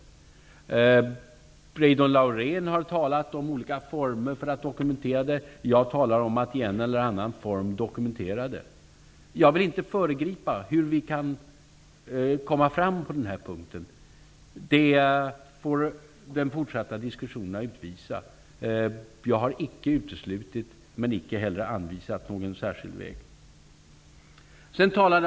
Reidunn Laurén har talat om olika former för att dokumentera principen. Jag talar om att i en eller annan form dokumetera den. Jag vill inte föregripa hur vi kan komma fram på denna punkt. Det får de fortsatta diskussionerna utvisa. Jag har icke uteslutit men icke heller anvisat någon särskild väg.